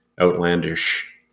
outlandish